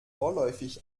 vorläufig